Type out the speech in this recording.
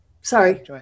sorry